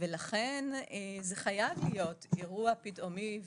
ולכן בנוסח שלנו זה חייב להיות אירוע פתאומי.